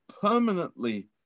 Permanently